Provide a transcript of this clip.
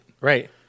Right